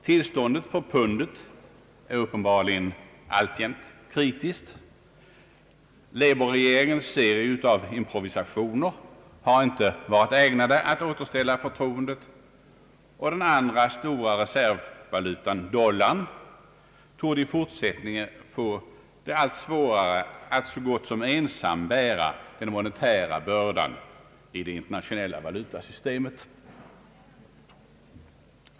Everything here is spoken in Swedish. Tillståndet för pundet är uppenbarligen alltjämt kritiskt. Labourregeringens serier av improvisationer har inte varit ägnade att återställa förtroendet, och den andra stora reservvalutan, dollarn, torde i fortsättningen få allt svårare att så gott som ensam bära den monetära bördan i det internationella valutasystemet.